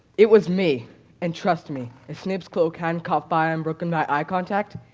it was me and trust me, if snape's cloak hadn't caught fire and broken my eye contact,